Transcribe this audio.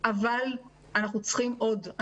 אבל אנחנו צריכים עוד.